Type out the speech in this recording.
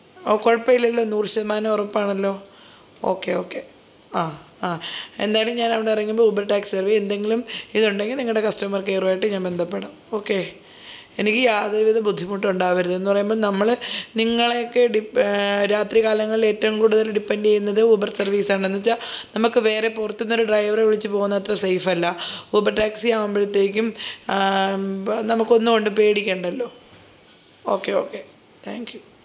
ഓഹ് കുഴപ്പമില്ലല്ലോ നൂറ് ശതമാനം ഒറപ്പാണല്ലോ ഓക്കെ ഓക്കെ ആ ആ എന്തായാലും ഞാൻ അവിടെ ഇറങ്ങുമ്പോൾ ഊബർ ടാക്സി സർവീസ് എന്തെങ്കിലും ഇതുണ്ടെങ്കിൽ നിങ്ങളുടെ കസ്റ്റമർ കെയറുമായിട്ട് ഞാൻ ബന്ധപ്പെടും ഓക്കേ എനിക്ക് യാതൊരുവിധ ബുദ്ധിമുട്ടുമുണ്ടാവരുത് എന്നു പറയുമ്പം നമ്മൾ നിങ്ങളെയൊക്കെ രാത്രികാലങ്ങളിൽ ഏറ്റവും കൂടുതൽ ഡിപ്പെൻ്റ് ചെയ്യുന്നത് ഊബർ സർവീസാണ് എന്നു വച്ചാൽ നമ്മൾക്ക് വേറെ പുറത്തു നിന്നൊരു ഡ്രൈവറെ വിളിച്ച് പോവുന്നത്ര സേഫ് അല്ല ഊബർ ടാക്സി ആവുമ്പോഴത്തേക്കും നമുക്കൊന്നുകൊണ്ടും പേടിക്കേണ്ടല്ലോ ഓക്കെ ഓക്കെ താങ്ക് യൂ